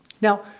Now